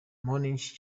munich